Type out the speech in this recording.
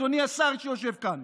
אדוני השר שיושב כאן,